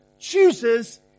chooses